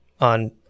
on